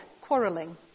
quarrelling